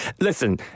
Listen